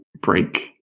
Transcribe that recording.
break